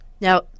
now